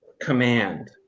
command